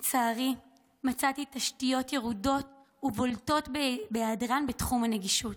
לצערי מצאתי תשתיות ירודות ובולטות בהיעדרן בתחום הנגישות.